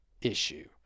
issue